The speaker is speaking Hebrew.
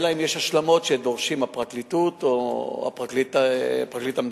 אלא אם כן יש השלמות שדורשים הפרקליטות או פרקליט המדינה.